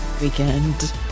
weekend